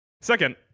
Second